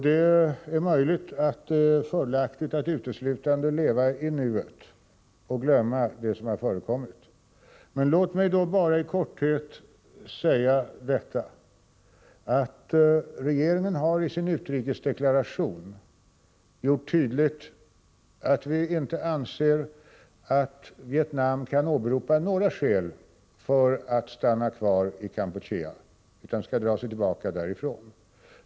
Det är möjligt att det är fördelaktigt att uteslutande leva i nuet och glömma det som har förekommit. Låt mig då bara i korthet säga följande. Regeringen har i sin utrikesdeklaration gjort tydligt att vi anser att Vietnam inte kan åberopa några skäl för att stanna kvar i Kampuchea utan skall dra sig tillbaka därifrån.